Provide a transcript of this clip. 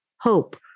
hope